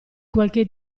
qualche